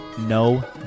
No